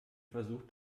versucht